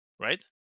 right